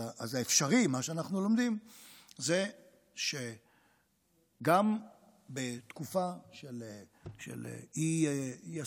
אז באפשרי מה שאנחנו לומדים זה שגם בתקופה של אי-הסכמה,